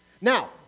Now